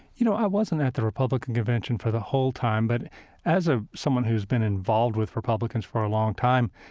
you know, i wasn't at the republican convention for the whole time, but as ah someone who's been involved with republicans for a long time,